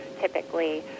typically